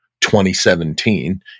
2017